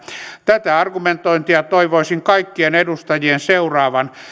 tätä argumentointia toivoisin kaikkien edustajien seuraavan